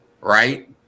right